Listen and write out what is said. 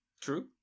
true